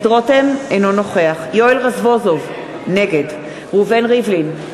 אינו נוכח יואל רזבוזוב, נגד ראובן ריבלין,